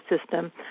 system